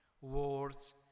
wars